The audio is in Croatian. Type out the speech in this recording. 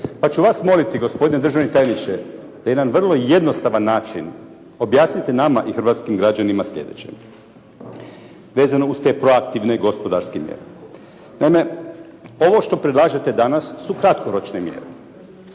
Pa ću vas moliti gospodine državni tajniče da na jedan vrlo jednostavan način objasnite nama i hrvatskim građanima sljedeće, vezano uz te proaktivne i gospodarske mjere. Naime, ovo što predlažete danas su kratkoročne mjere,